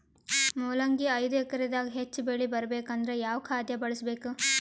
ಮೊಲಂಗಿ ಐದು ಎಕರೆ ದಾಗ ಹೆಚ್ಚ ಬೆಳಿ ಬರಬೇಕು ಅಂದರ ಯಾವ ಖಾದ್ಯ ಬಳಸಬೇಕು?